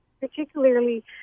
particularly